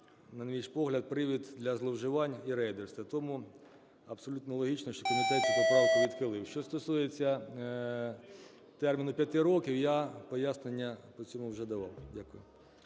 на наш погляд, привід для зловживань і рейдерства. Тому абсолютно логічно, що комітет цю поправку відхилив. Що стосується терміну 5 років, я пояснення по цьому вже давав. Дякую.